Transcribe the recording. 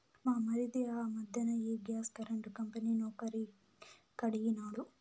మా మరిది ఆ మధ్దెన ఈ గ్యాస్ కరెంటు కంపెనీ నౌకరీ కడిగినాడు